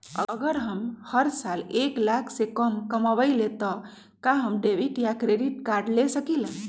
अगर हम हर साल एक लाख से कम कमावईले त का हम डेबिट कार्ड या क्रेडिट कार्ड ले सकीला?